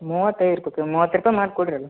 ಮೂವತ್ತು ರೂಪಾಯಿ ಮಾಡಿ ಕೊಡ್ರಿ ಅಲ್ಲ